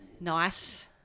Nice